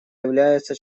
является